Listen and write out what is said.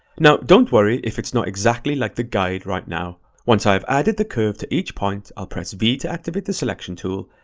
now don't worry if it's not exactly like the guide right now. once i've added the curve to each point, i'll press v to activate the selection tool,